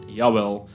jawel